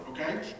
okay